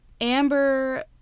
Amber